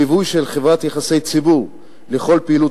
ליווי של חברת יחסי ציבור לכל הפעילות